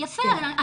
יפה,